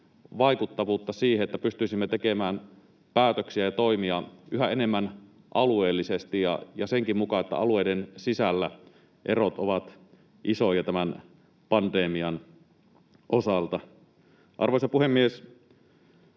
vaikuttavuutta siihen, että pystyisimme tekemään päätöksiä ja toimia yhä enemmän alueellisesti ja senkin mukaan, että alueiden sisällä erot ovat isoja tämän pandemian osalta. Arvoisa puhemies!